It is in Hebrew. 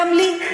גם לי.